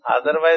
Otherwise